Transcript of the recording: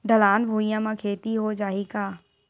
ढलान भुइयां म खेती हो जाही का?